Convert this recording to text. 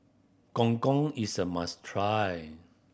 Gong Gong is a must try